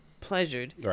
pleasured